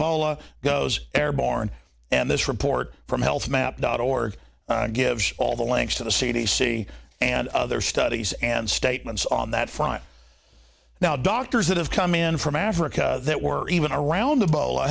boa goes airborne and this report from health map dot org gives all the links to the c d c and other studies and statements on that front now doctors that have come in from africa that were even a round of bo